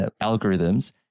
algorithms